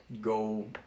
Go